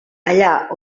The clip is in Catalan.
allà